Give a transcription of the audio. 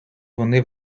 вони